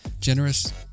Generous